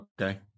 Okay